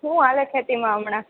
હું હાલે ખેતીમાં હમણાં